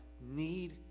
need